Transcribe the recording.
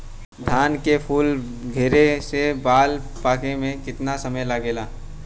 धान के फूल धरे से बाल पाके में कितना समय लागेला?